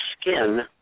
skin